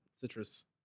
citrus